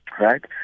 right